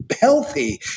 healthy